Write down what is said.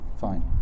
Fine